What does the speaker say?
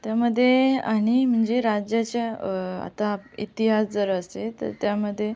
त्यामध्ये आणि म्हणजे राज्याच्या आता इतिहास जर असेल तर त्यामध्ये